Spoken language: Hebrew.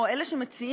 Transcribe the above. או אלה שמציעים,